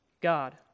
God